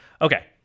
Okay